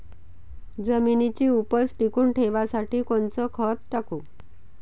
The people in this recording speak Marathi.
जमिनीची उपज टिकून ठेवासाठी कोनचं खत टाकू?